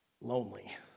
lonely